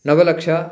नवलक्षम्